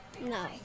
No